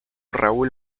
raúl